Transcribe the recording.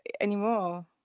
anymore